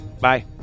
Bye